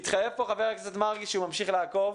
התחייב פה ח"כ מרגי שהוא ממשיך לעקוב,